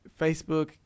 Facebook